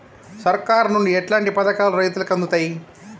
సర్కారు నుండి ఎట్లాంటి పథకాలు రైతులకి అందుతయ్?